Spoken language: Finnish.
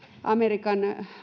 amerikan